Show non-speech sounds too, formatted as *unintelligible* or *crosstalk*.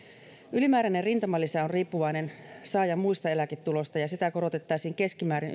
ylimääräinen rintamalisä on riippuvainen saajan muista eläketuloista ja ja sitä korotettaisiin keskimäärin *unintelligible*